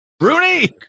Rooney